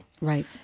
Right